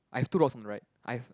I have two rocks on the right I've